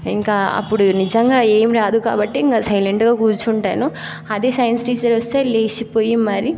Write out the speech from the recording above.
ఇంకా అప్పుడు నిజంగా ఏం రాదు కాబట్టి ఇంగా సైలెంట్గా కూర్చుంటాను అదే సైన్స్ టీచర్ వస్తే లేచిపోయి మరి